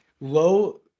Low